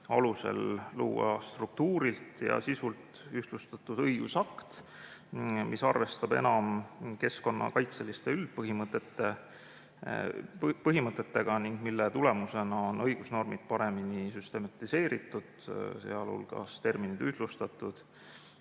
alusel luua struktuurilt ja sisult ühtlustatud õigusakt, mis arvestab enam keskkonnakaitseliste üldpõhimõtetega ning mille tulemusena on õigusnormid paremini süstematiseeritud, sealhulgas terminid ühtlustatud,